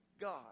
God